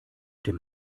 dem